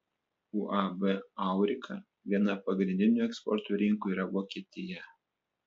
uab aurika viena pagrindinių eksporto rinkų yra vokietija